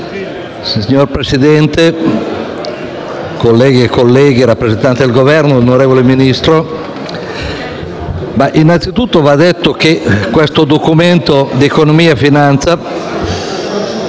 Signor Presidente, colleghe e colleghi, rappresentanti del Governo, onorevole Ministro, innanzitutto va detto che questo Documento di economia e finanza,